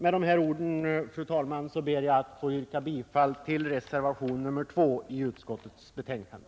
Med det anförda, fru talman, ber jag att få yrka bifall till reservationen 2 vid skatteutskottets betänkande.